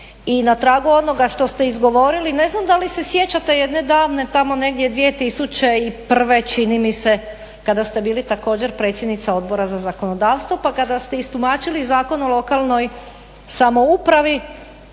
i na tragu onoga što ste izgovorili ne znam da li se sjećate jedne davne tamo negdje 2001. čini mi se kada ste bili također predsjednica Odbora za zakonodavstvo pa kada ste istumačili Zakon o lokalnoj samoupravi